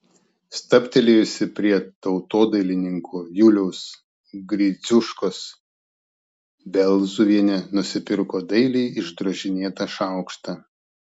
stabtelėjusi prie tautodailininko juliaus gridziuškos belzuvienė nusipirko dailiai išdrožinėtą šaukštą